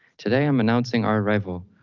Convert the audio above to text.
today i'm announcing our arrival.